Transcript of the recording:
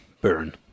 burn